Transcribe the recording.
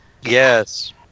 Yes